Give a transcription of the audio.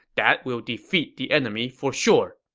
that will defeat the enemy for sure.